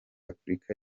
afurika